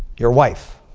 your wife?